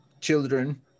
children